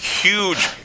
huge